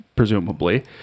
Presumably